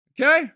Okay